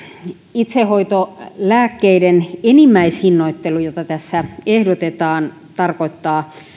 itsehoitolääkkeiden enimmäishinnoittelu jota tässä ehdotetaan tarkoittaa